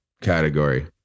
category